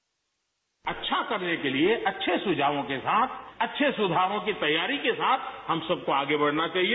bite अच्छा करने के लिए अच्छे सुझावों के साथ अच्छे सुधारों की तैयारी के साथ हम सबकों आगे बढ़ना चाहिए